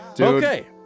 Okay